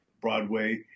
Broadway